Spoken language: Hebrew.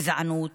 גזענות